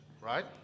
right